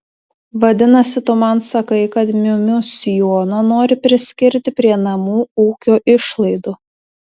vadinasi tu man sakai kad miu miu sijoną nori priskirti prie namų ūkio išlaidų